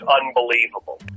unbelievable